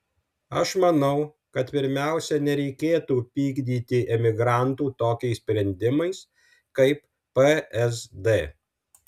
aš manau kad pirmiausia nereikėtų pykdyti emigrantų tokiais sprendimais kaip psd